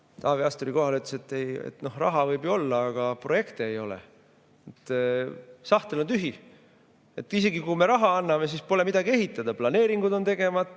Taavi Aas tuli kohale, ütles, et raha võib ju olla, aga projekte ei ole, sahtel on tühi. Isegi, kui me raha anname, siis pole midagi ehitada, sest planeeringud on tegemata,